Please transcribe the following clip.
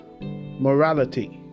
morality